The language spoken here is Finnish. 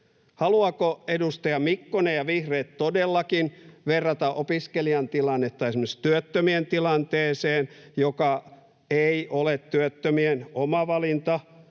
Haluaako edustaja Mikkonen ja vihreät todellakin verrata opiskelijoiden tilannetta esimerkiksi työttömien tilanteeseen, joka ei ole työttömien oma valinta,